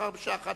בשעה 11:00,